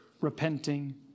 repenting